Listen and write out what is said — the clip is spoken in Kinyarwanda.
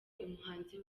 umuhanzi